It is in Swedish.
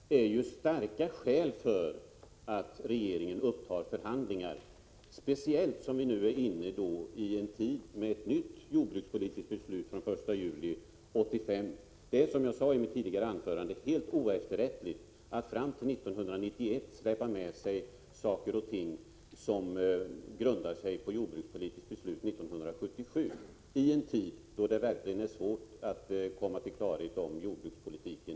Det är ju starka skäl för att regeringen skall uppta förhandlingar, speciellt som vi nu snart skall fatta ett nytt jordbrukspolitiskt beslut, att gälla från den 1 juli 1986. Som jag sade i mitt tidigare anförande är det helt oefterrättligt att fram till 1991 släpa med sig saker och ting som grundar sig på ett jordbrukspolitiskt beslut 1977 i en tid då det är svårt att komma till klarhet med jordbrukspolitiken.